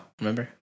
Remember